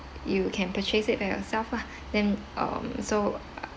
you can purchase it by yourself lah then um so